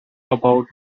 about